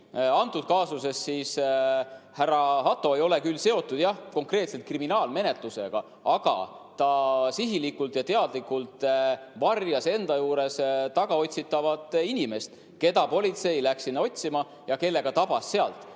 Antud kaasuses härra Hatto ei ole küll seotud jah konkreetselt kriminaalmenetlusega, aga ta sihilikult ja teadlikult varjas enda juures tagaotsitavat inimest, keda politsei läks sinna otsima ja kelle ka tabas sealt.